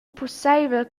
pusseivel